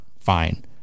fine